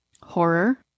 Horror